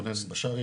רונן בשארי,